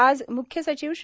आज म्रख्य सचिव श्री